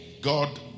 God